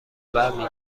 برمی